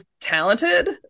talented